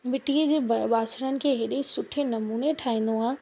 मिट्टीअ जे बि बासणनि खे हेॾे सुठे नमूने ठाहींदो आहे